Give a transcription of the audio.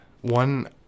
One